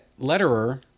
letterer